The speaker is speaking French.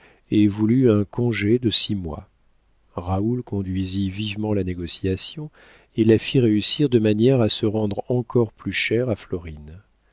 et voulut un congé de six mois raoul conduisit vivement la négociation et la fit réussir de manière à se rendre encore plus cher à florine